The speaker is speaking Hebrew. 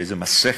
באיזה מסכת,